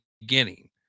beginning